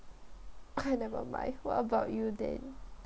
okay never mind what about you then